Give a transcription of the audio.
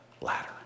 ladder